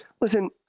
Listen